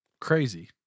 Crazy